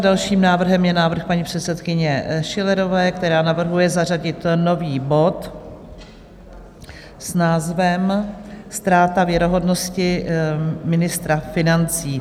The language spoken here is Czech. Dalším návrhem je návrh paní předsedkyně Schillerové, která navrhuje zařadit nový bod s názvem Ztráta věrohodnosti ministra financí.